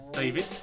David